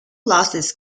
losses